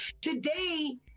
Today